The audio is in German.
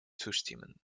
zustimmen